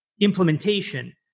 implementation